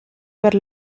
per